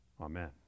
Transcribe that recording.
Amen